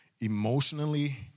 emotionally